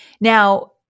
Now